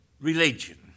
Religion